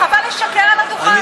חבל לשקר על הדוכן.